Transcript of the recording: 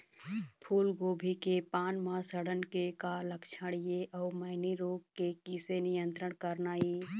फूलगोभी के पान म सड़न के का लक्षण ये अऊ मैनी रोग के किसे नियंत्रण करना ये?